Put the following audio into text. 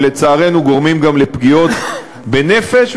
ולצערנו גורמים גם לפגיעות בנפש,